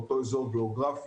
באותו אזור גיאוגרפי,